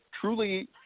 truly